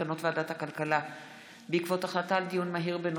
מסקנות ועדת הכלכלה בעקבות דיון מהיר בהצעתה של חברת הכנסת עאידה